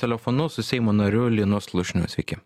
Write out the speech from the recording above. telefonu su seimo nariu linu slušniu sveiki